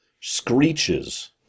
screeches